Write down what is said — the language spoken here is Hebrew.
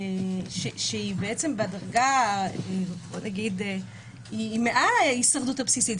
שהיא בדרגה מעל ההישרדות הבסיסית,